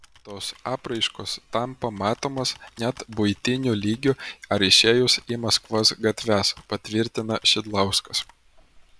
tos apraiškos tampa matomos net buitiniu lygiu ar išėjus į maskvos gatves patvirtina šidlauskas